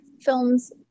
films